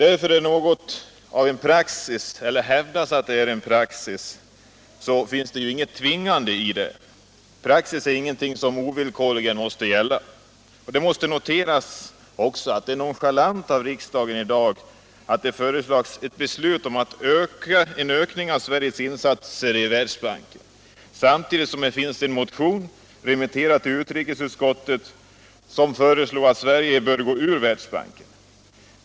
Även om något är praxis, eller hävdas vara praxis, ligger det inget tvingande däri. Praxis är ingenting som ovillkorligen måste gälla. Det måste också noteras som nonchalant av riksdagen att i dag besluta om en ökning av Sveriges insatser i Världsbanken samtidigt som det finns en motion, remitterad till utrikesutskottet, med förslaget att Sverige bör gå ur Världsbanken.